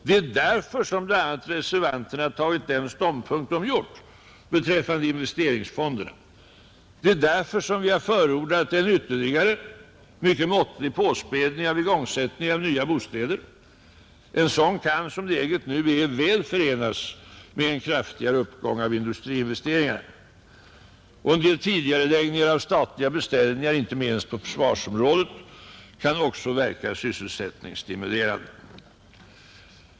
Det är därför som bl.a. reservanterna intagit den ståndpunkt som de gjort beträffande investeringsfonderna. Det är därför som vi har förordat en ytterligare mycket måttlig påspädning av igångsättningen av nya bostäder. En sådan kan, som läget nu är, väl förenas med en kraftigare uppgång av industriinvesteringarna. En del tidigareläggningar av statliga beställningar, inte minst på försvarsområdet, kan också verka sysselsättningsstimulerande.